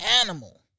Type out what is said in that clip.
animal